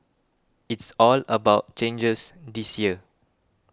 it's all about changes this year